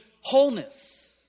wholeness